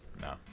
No